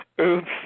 Oops